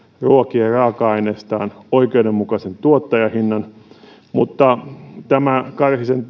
ruokien raaka aineistaan oikeudenmukaisen tuottajahinnan tämä karhisen